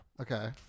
Okay